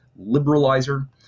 liberalizer